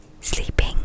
sleeping